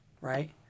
right